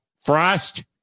Frost